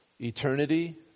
Eternity